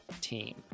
team